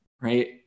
Right